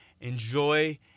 Enjoy